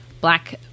Black